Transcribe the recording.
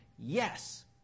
Yes